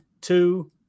two